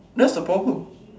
that's the problem